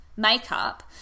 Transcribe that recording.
Makeup